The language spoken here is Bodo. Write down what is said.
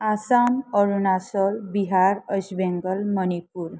आसाम अरुनाचल प्रदेश बिहार वेस्ट बेंगल मणिपुर